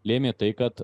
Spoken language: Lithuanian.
lėmė tai kad